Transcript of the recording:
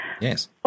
Yes